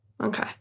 Okay